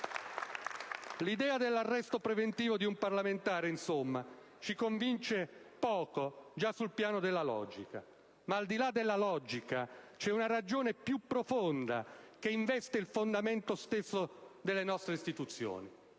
L'idea dell'arresto preventivo di un parlamentare, insomma, ci convince poco già sul piano della logica. Ma al di là di questa c'è una ragione più profonda che investe il fondamento stesso delle nostre istituzioni.